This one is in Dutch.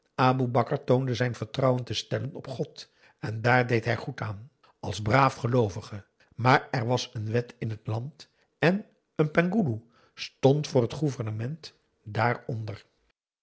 aboe bakar toonde zijn vertrouwen te stellen op god en daar deed hij goed aan als braaf geloovige maar er was een wet in het land en een penghoeloe stond voor het gouvernement daaronder